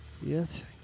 Yes